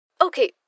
okay